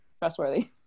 trustworthy